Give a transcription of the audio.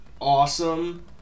awesome